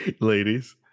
ladies